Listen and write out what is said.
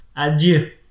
adieu